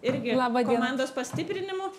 irgi komandos pastiprinimu